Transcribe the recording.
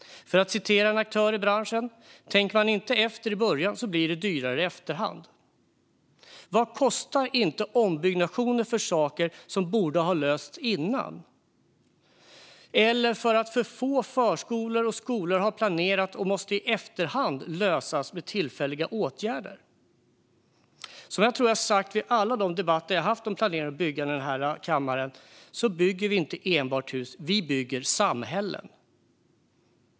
En aktör i branschen har sagt: "Tänker man inte efter i början så blir det dyrare i efterhand." Vad kostar inte ombyggnationer för saker som borde ha lösts innan eller för att för få förskolor och skolor har planerats och i efterhand måste ordnas med tillfälliga åtgärder? Jag tror att jag vid alla debatter om planering och byggande har sagt: "Vi bygger inte enbart hus; vi bygger samhällen."